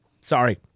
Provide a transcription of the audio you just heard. Sorry